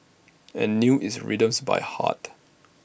and knew its rhythms by heart